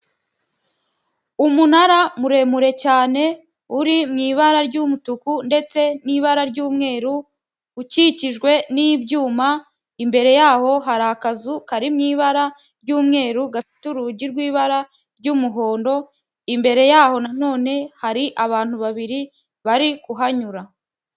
Umunara muremure cyane uri mu ibara ry'umutuku ndetse n'ibara ry'umweru, ukikijwe n'ibyuma, imbere yaho hari akazu kari mu ibara ry'umweru, gafite urugi rw'ibara ry'umuhondo, imbere yaho na none hari abantu babiri bari kuhanyura.